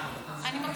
אני עולה לענות לך.